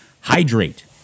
hydrate